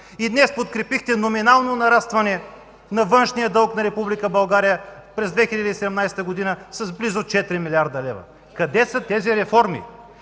а днес подкрепихте номинално нарастване на външния дълг на Република България през 2017 г. с близо 4 млрд. лв. Къде са тези реформи?